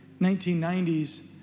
1990s